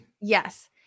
Yes